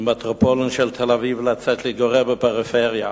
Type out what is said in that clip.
ממטרופולין תל-אביב, ולצאת להתגורר בפריפריה.